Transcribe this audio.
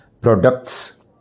products